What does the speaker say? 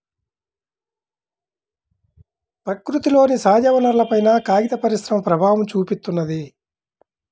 ప్రకృతిలోని సహజవనరులపైన కాగిత పరిశ్రమ ప్రభావం చూపిత్తున్నది